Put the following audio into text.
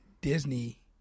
Disney